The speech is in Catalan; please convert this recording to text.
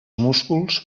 músculs